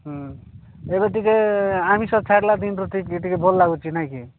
ଏବେ ଟିକେ ଆମିଷ ଛାଡ଼ିଲା ଦିନଠୁ ଟିକେ ଟିକେ ଭଲ ଲାଗୁଛି ନାଇଁ କି